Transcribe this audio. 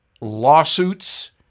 lawsuits